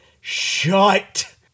shut